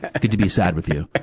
ah good to be sad with you.